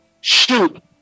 Shoot